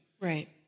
Right